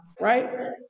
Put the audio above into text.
Right